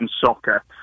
soccer